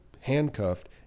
handcuffed